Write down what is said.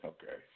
Okay